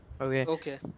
Okay